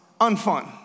unfun